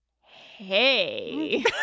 hey